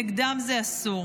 נגדם זה אסור.